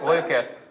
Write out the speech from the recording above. Lucas